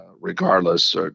regardless